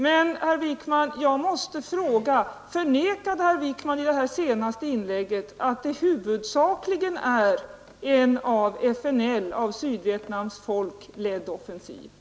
Men jag måste ställa frågan: Förnekade herr Wijkman i sitt senaste inlägg att det huvudsakligen är en av FNL, en av Sydvietnams folk ledd offensiv?